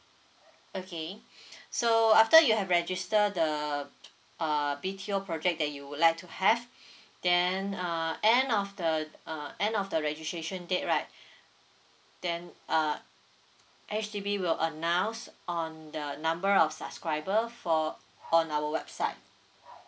okay so after you have registered the uh B_T_O project that project that you would like to have then uh end of the uh end of the registration date right then uh H_D_B will announce on the number of subscriber for on our website